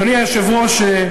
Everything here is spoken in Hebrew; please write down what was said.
אדוני היושב-ראש,